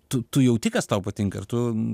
tu tu jauti kas tau patinka ir tu